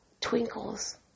twinkles